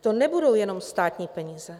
To nebudou jenom státní peníze.